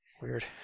Weird